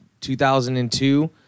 2002